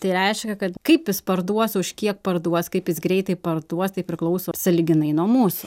tai reiškia kad kaip jis parduos už kiek parduos kaip jis greitai parduos tai priklauso sąlyginai nuo mūsų